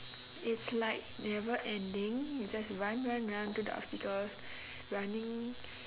it's like never ending you just run run run do the obstacles running